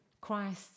Christ